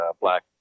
black